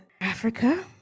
Africa